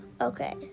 Okay